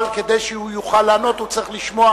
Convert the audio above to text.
אבל כדי שהוא יוכל לענות הוא צריך לשמוע